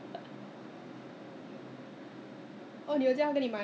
but how would you know at the end maybe what you ordered is not that kind that you want